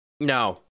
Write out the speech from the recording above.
No